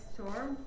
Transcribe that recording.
Storm